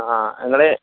ആ ഞങ്ങൾ